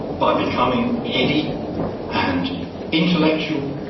by becoming heady and intellectual,